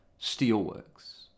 Steelworks